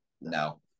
No